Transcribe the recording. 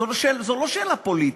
זו לא רק שאלה פוליטית,